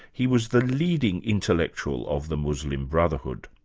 he was the leading intellectual of the muslim brotherhood.